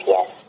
Yes